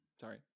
Sorry